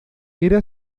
era